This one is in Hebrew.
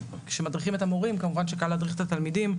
כשמדריכים את המורים כמובן שקל להדריך את התלמידים.